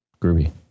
Groovy